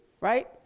right